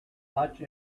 much